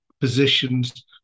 positions